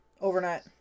overnight